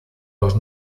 los